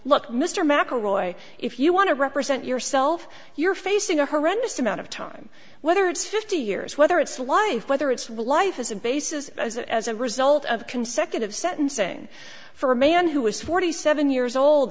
look mr mcelroy if you want to represent yourself you're facing a horrendous amount of time whether it's fifty years whether it's life whether it's real life as a basis as a as a result of consecutive sentencing for a man who was forty seven years old